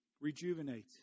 rejuvenate